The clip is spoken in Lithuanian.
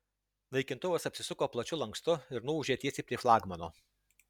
naikintuvas apsisuko plačiu lankstu ir nuūžė tiesiai prie flagmano